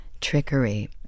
trickery